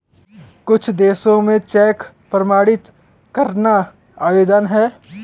कुछ देशों में चेक प्रमाणित करना अवैध है